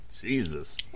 Jesus